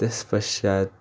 त्यसपश्चाच